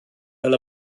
fel